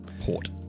port